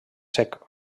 cec